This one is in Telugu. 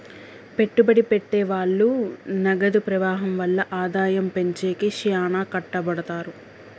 పెట్టుబడి పెట్టె వాళ్ళు నగదు ప్రవాహం వల్ల ఆదాయం పెంచేకి శ్యానా కట్టపడతారు